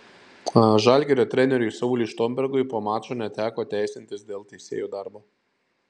žalgirio treneriui sauliui štombergui po mačo neteko teisintis dėl teisėjų darbo